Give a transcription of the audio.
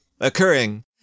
occurring